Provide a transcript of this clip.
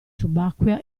subacquea